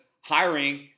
hiring